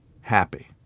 happy